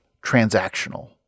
transactional